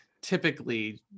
typically